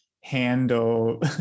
handle